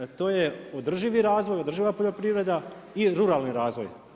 TO je održivi razvoj, održiva poljoprivreda i ruralni razvoj.